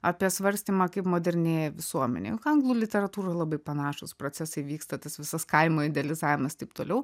apie svarstymą kaip modernėja visuomenė juk anglų literatūroje labai panašūs procesai vyksta tas visas kaimo idealizavimas taip toliau